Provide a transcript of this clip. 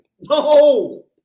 No